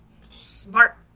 smart